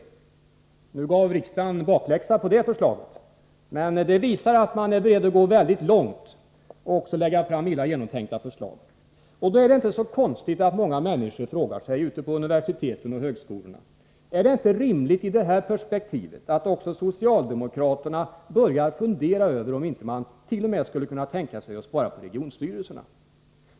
Visserligen gav riksdagen bakläxa på det förslaget, men det visade att man är beredd att gå mycket långt och även att lägga fram illa genomtänkta förslag. Då är det inte så konstigt att många människor ute på universiteten och 149 högskolorna frågar sig: Är det inte i detta perspektiv rimligt att också socialdemokraterna börjar fundera över om man inte t.o.m. skulle kunna tänka sig att spara på regionstyrelserna?